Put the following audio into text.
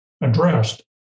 addressed